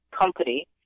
company